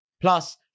Plus